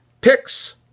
picks